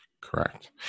Correct